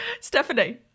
Stephanie